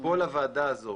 פה לוועדה הזאת